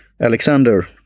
Alexander